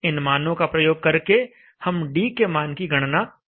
इन मानों का प्रयोग करके हम d के मान की गणना कर सकते हैं